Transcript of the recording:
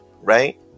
right